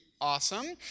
awesome